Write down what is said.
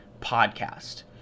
podcast